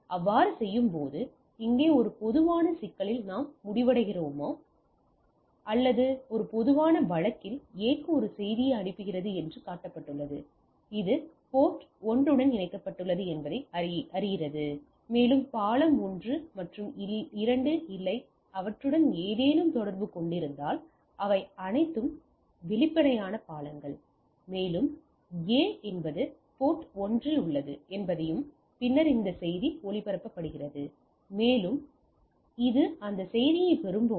அவ்வாறு செய்யும்போது இங்கே ஒரு பொதுவான சிக்கலில் நாம் முடிவடைகிறோமா என்பது ஒரு பொதுவான வழக்கில் A க்கு ஒரு செய்தியை அனுப்புகிறது என்று காட்டப்பட்டுள்ளது மேலும் இது போர்ட் 1 உடன் இணைக்கப்பட்டுள்ளது என்பதை அறியிறது மேலும் பாலம் 1 மற்றும் 2 இல்லை அவற்றுடன் ஏதேனும் தொடர்பு இருந்தால் அவை அனைத்தும் வெளிப்படையான பாலங்கள் மேலும் இது A என்பது போர்ட் 1 இல் உள்ளது என்பதையும் பின்னர் இந்த செய்தி ஒளிபரப்பப்படுகிறது மேலும் இது அந்த செய்தியைப் பெறும்போது